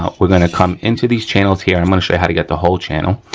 ah we're gonna come into these channels here i'm gonna show you how to get the whole channel.